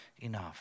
enough